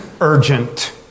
urgent